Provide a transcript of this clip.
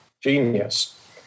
Genius